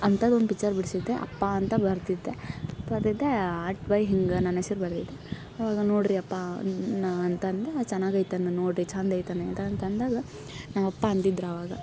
ಅಂತದೊಂದು picture ಬಿಡ್ಸಿದ್ದೆ ಅಪ್ಪ ಅಂತ ಬರ್ದಿದ್ದೆ ಬರ್ದಿದ್ದೆ ಆರ್ಟ್ ಬೈ ಹಿಂಗೆ ನನ್ನ ಹೆಸ್ರ್ ಬರ್ದಿದ್ದೆ ಅವಾಗ ನೋಡ್ರಿ ಅಪ್ಪ ನಾ ಅಂತಂದ ಚೆನ್ನಾಗೈತ ಅಂತ ನೋಡ್ರಿ ಚಂದಾಯ್ತ್ ಇದ ಅಂತಂದಾಗ ನಮ್ಮಪ್ಪ ಅಂದಿದ್ರ ಅವಾಗ